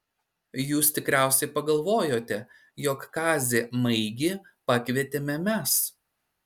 jūs tikriausiai pagalvojote jog kazį maigį pakvietėme mes